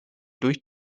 durch